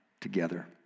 together